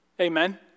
Amen